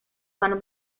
pan